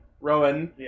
Rowan